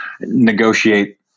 negotiate